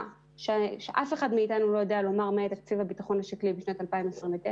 אף אחד מאתנו לא יודע לומר מה יהיה תקציב הביטחון השקלי בשנת 2029,